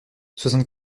soixante